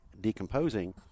decomposing